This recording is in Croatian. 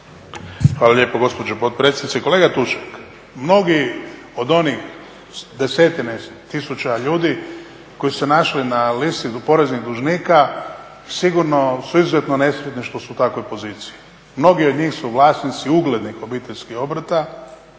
Hvala lijepo gospođo potpredsjednice. Kolega Tušak mnogi od onih desetine tisuća ljudi koji su se našli na listi poreznih dužnika sigurno su izuzetno nesretni što su u takvoj poziciji. Mnogi od njih su vlasnici uglednih obiteljskih obrta